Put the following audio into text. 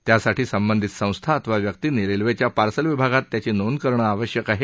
त्यासाठी संबंधित संस्था अथवा व्यक्तींनी रेल्वेच्या पार्सल विभागात त्याची नोंद करणं आवश्यक आहे